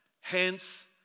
Hence